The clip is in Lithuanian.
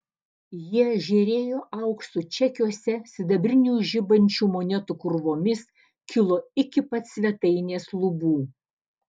jie žėrėjo auksu čekiuose sidabrinių žibančių monetų krūvomis kilo iki pat svetainės lubų